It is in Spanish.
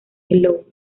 hello